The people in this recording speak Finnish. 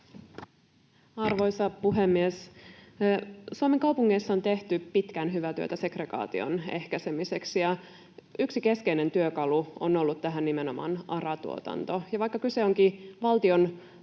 Arvoisa puhemies! Suomen kaupungeissa on tehty pitkään hyvää työtä segregaation ehkäisemiseksi, ja yksi keskeinen työkalu tähän on ollut nimenomaan ARA-tuotanto. Vaikka kyse onkin valtion